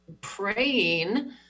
praying